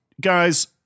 guys